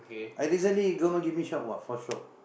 I recently government give me shop what for shop